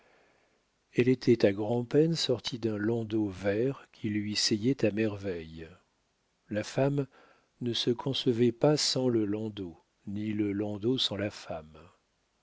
elle était à grand'peine sortie d'un landau vert qui lui seyait à merveille la femme ne se concevait pas sans le landau ni le landau sans la femme